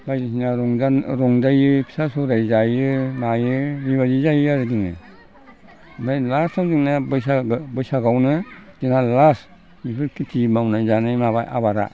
बायदिसिना रंजायो फिथा सौराय जायो मायो बेबायदि जायो आरो जोङो ओमफ्राय लास्टआव जोंना बैसागो बैसागोआवनो जोंहा लास्ट बिनिफ्राय खिथि मावनाय जानाय माबा आबादा